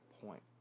point